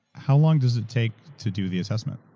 how long does it take to do the assessment?